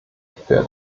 für